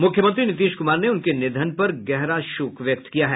मुख्यमंत्री नीतीश कुमार ने उनके निधन पर गहरा शोक व्यक्त किया है